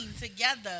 together